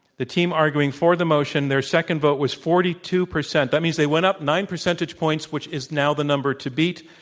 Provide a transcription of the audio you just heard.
the team arguing for the motion, their second vote was forty two percent. that means they went up nine percentage points, which is now the number to beat.